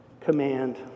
Command